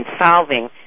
solving